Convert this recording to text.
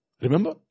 Remember